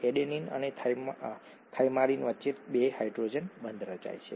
adenine અને thymine વચ્ચે બે હાઇડ્રોજન બંધ રચાય છે